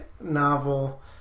novel